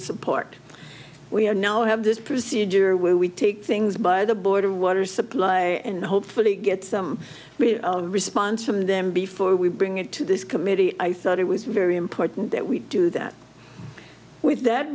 support we are now we have this procedure where we take things by the board of water supply and hopefully get some response from them before we bring it to this committee i thought it was very important that we do that with that